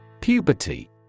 Puberty